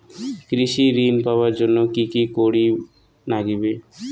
কৃষি ঋণ পাবার জন্যে কি কি করির নাগিবে?